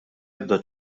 ebda